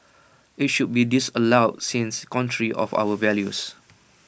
IT should be disallowed since contrary of our values